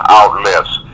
outlets